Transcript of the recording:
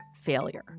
failure